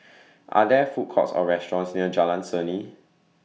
Are There Food Courts Or restaurants near Jalan Seni